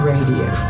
Radio